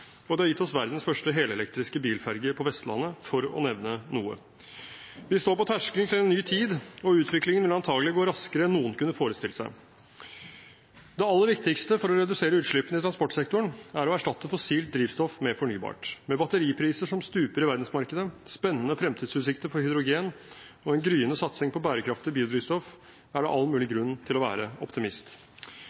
og det har gitt oss verdens første helelektriske bilferge på Vestlandet – for å nevne noe. Vi står på terskelen til en ny tid, og utviklingen vil antakelig gå raskere enn noen kunne forestilt seg. Det aller viktigste for å redusere utslippene i transportsektoren er å erstatte fossilt drivstoff med fornybart. Med batteripriser som stuper i verdensmarkedet, spennende fremtidsutsikter for hydrogen og en gryende satsing på bærekraftig biodrivstoff, er det all mulig grunn til å være optimist.